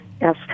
yes